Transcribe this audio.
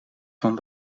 van